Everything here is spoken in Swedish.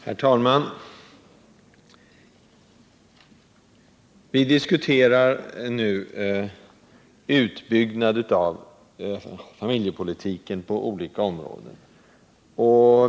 Herr talman! Vi diskuterar nu en utbyggnad av familjepolitiken på olika områden.